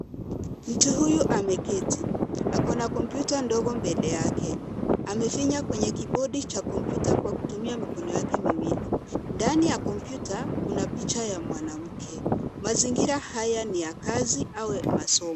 Mtu huyu ameketi, ako na kompyuta ndogo mbele yake. Amefinya kwenye kibodi cha kompyuta kwa kutumia mikono yake miwili. Ndani ya kompyuta kuna picha ya mwanamke mazingira haya ni ya kazi au ya masomo.